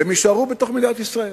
והם יישארו בתוך מדינת ישראל,